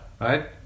Right